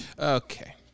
Okay